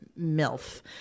MILF